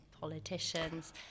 politicians